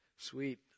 Sweet